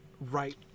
right